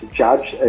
judge